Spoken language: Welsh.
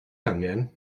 angen